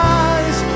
eyes